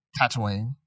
Tatooine